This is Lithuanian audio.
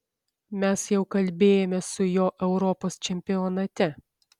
mes jau kalbėjome su juo europos čempionate